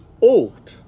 old